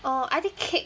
orh I think cake